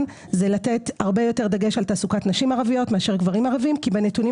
זה לתת דגש גדול יותר לתעסוקת נשים ערביות מאשר גברים ערבים כי בנתונים